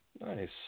Nice